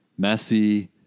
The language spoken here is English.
Messi